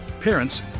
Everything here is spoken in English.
parents